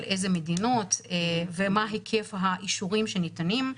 על איזה מדינות ומה היקף האישורים שניתנים.